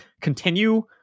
Continue